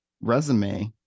resume